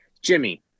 Jimmy